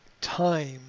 time